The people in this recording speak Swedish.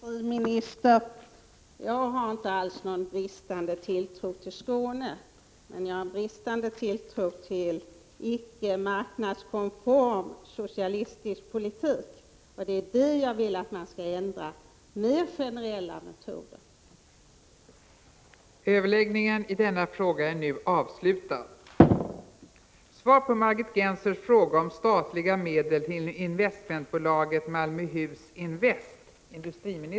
Fru talman! Jag har inte, herr industriminister, någon bristande tilltro till Skåne. Däremot har jag en bristande tilltro till en icke-marknadskonform socialistisk politik. Det är i det avseendet som jag vill ha en ändring till stånd. Metoderna skall vara mer generella.